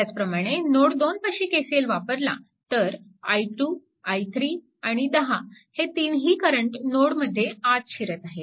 त्याचप्रमाणे नोड 2 पाशी KCL वापरला तर i2 i3 आणि 10 हे तीनही करंट नोडमध्ये आत शिरत आहेत